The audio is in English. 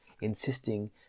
insisting